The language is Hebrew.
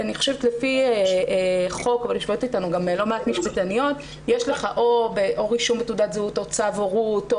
לפי חוק יש לך או רישום בתעודת זהות או צו הורות.